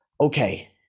okay